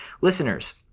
listeners